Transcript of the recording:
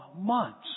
months